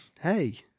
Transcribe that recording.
Hey